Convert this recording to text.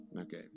Okay